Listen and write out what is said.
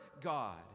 God